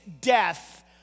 death